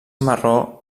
marró